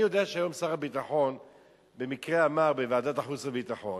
אני יודע שהיום שר הביטחון במקרה אמר בוועדת החוץ והביטחון